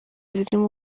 zirimo